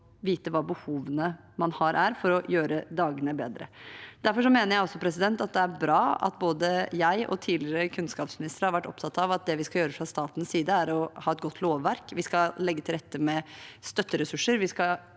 å vite hvilke behov man har for å gjøre dagene bedre. Derfor mener jeg også det er bra at både jeg og tidligere kunnskapsministre har vært opptatt av at det vi skal gjøre fra statens side, er å ha et godt lovverk. Vi skal legge til rette med støtteressurser.